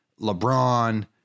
LeBron